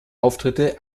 auftritte